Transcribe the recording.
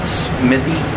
smithy